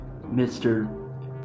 Mr